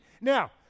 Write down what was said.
now